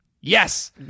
Yes